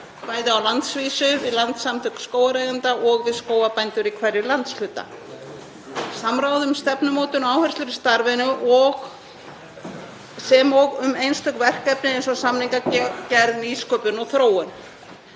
bæði á landsvísu við Landssamtök skógareigenda og við skógarbændur í hverjum landshluta, samráð um stefnumótun og áherslur í starfinu sem og um einstök verkefni eins og samningagerð, nýsköpun og þróun.